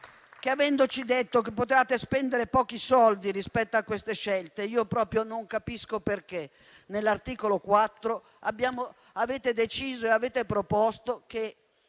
avendoci detto che potevate spendere pochi soldi rispetto a queste scelte, proprio non capisco perché all'articolo 4 avete deciso e proposto che